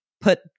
put